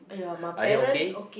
are they okay